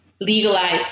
legalize